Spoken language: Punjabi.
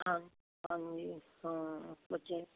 ਹਾਂਜੀ ਹਾਂਜੀ ਹਾਂ ਬੱਚੇ